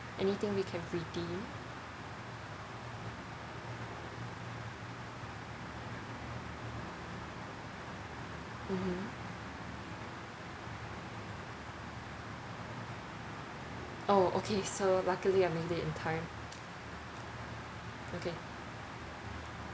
anything we can redeem mmhmm oh okay so luckily I made it in time okay